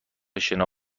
شنا